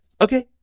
Okay